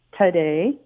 today